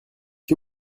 que